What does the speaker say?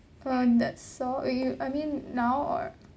um that's all I mean now or